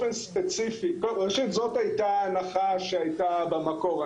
זאת הייתה ההנחה שהייתה במקור.